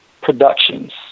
Productions